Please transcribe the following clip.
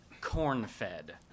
corn-fed